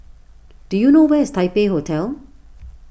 do you know where is Taipei Hotel